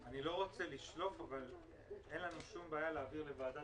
אני לא רוצה לשלוף תשובה אבל אין לנו שום בעיה להעביר לוועדת